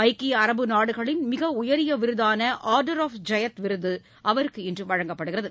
ஐக்கிய அரபு நாடுகளின் மிக உயரிய விருதான ஆர்டர் ஆப் ஜயத் விருது அவருக்கு இன்று வழங்கப்படுகிறது